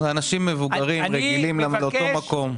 אנשים מבוגרים רגילים לאותו מקום.